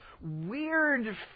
weird